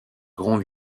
grand